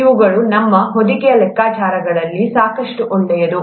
ಇವುಗಳು ನಮ್ಮ ಹೊದಿಕೆಯ ಲೆಕ್ಕಾಚಾರಗಳಿಗೆ ಸಾಕಷ್ಟು ಒಳ್ಳೆಯದು